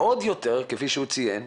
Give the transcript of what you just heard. עוד יותר, כפי שהוא ציין.